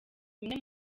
bimwe